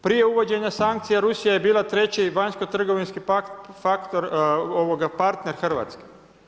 Prije uvođenja sankcija, Rusija je bila 3 vanjsko trgovinski faktor partner Hrvatske.